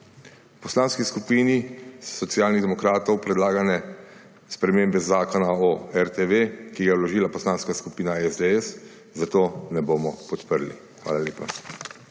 V Poslanski skupini Socialnih demokratov predlagane spremembe Zakona o RTV, ki ga je vložila poslanske skupina SDS, zato ne bomo podprli. Hvala lepa.